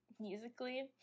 musically